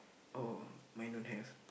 oh mine don't have